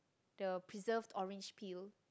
the preserved orange peel